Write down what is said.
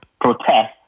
protest